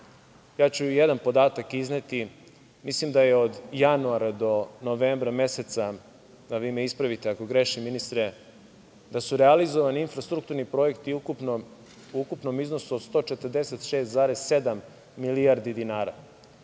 Ja ću jedan podatak izneti. Mislim da su od januara do novembra meseca, a vi me ispravite ako grešim, ministre, realizovani infrastrukturni projekti u ukupnom iznosu od 146,7 milijardi dinara,